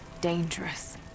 dangerous